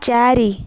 ଚାରି